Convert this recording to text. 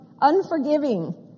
unforgiving